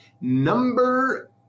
Number